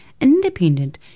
independent